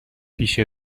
پیش